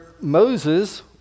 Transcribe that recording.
Moses